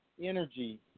energy